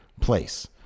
place